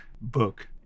book